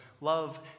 love